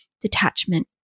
detachment